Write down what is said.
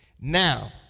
Now